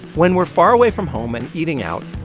when we're far away from home and eating out,